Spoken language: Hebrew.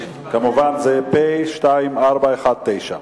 כמובן, פ/2419.